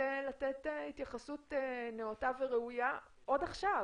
לתת התייחסות ראויה עוד עכשיו,